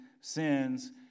sins